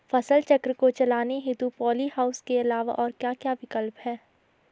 फसल चक्र को चलाने हेतु पॉली हाउस के अलावा और क्या क्या विकल्प हैं?